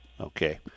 Okay